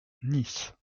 nice